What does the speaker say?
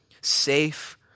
safe